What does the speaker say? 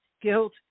guilt